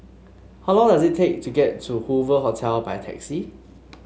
how long does it take to get to Hoover Hotel by taxi